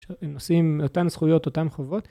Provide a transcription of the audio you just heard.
שהם עושים אותן זכויות אותן חובות